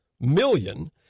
million